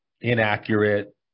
inaccurate